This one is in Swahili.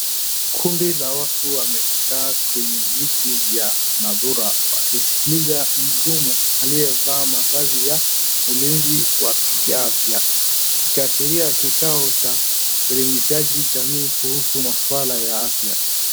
Kundi la watu wamekaa kwenye viti vya mathura wakiskiliza mhudumu aliyevaa mavazi ya ulinzi wa kiafya ikiashiria kikao cha uelimishaji jamii kuhusu maswala ya afya.